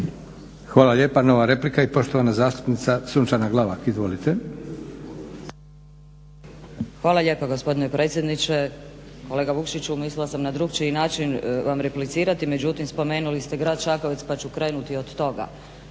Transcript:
Hvala lijepa. Nova replika i poštovana zastupnica Sunčana Glavak. Izvolite. **Glavak, Sunčana (HDZ)** Hvala lijepa gospodine predsjedniče. Kolega Vukšiću, mislila sam na drukčiji način vam replicirati, međutim spomenuli ste grad Čakovec pa ću krenuti od toga.